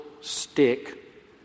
stick